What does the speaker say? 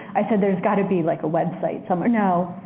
i said there's got to be like a website somewhere. no.